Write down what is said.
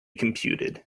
computed